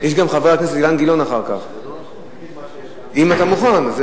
אם אתה מוכן.